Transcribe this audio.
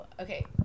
Okay